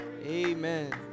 amen